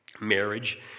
Marriage